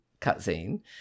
cutscene